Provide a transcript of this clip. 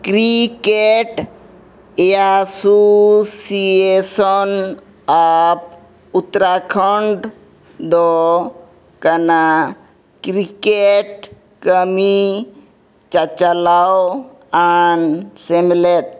ᱫᱚ ᱠᱟᱱᱟ ᱠᱟᱹᱢᱤ ᱪᱟᱪᱞᱟᱣ ᱟᱱ ᱥᱮᱢᱞᱮᱫ